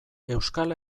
euskal